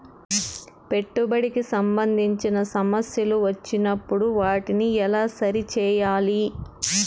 పెట్టుబడికి సంబంధించిన సమస్యలు వచ్చినప్పుడు వాటిని ఎలా సరి చేయాలి?